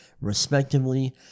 respectively